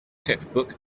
textbook